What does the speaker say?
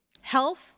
health